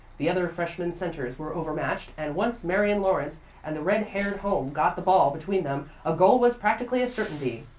the other freshman centres were over-matched, and once marion lawrence and the red-haired home got the ball between them, a goal was practically a certainty.